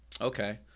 Okay